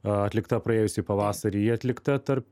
atlikta praėjusį pavasarį ji atlikta tarp